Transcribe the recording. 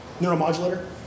neuromodulator